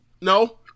No